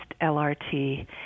LRT